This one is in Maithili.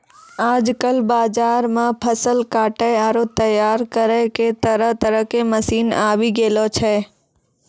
आजकल बाजार मॅ फसल काटै आरो तैयार करै के तरह तरह के मशीन आबी गेलो छै